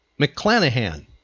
McClanahan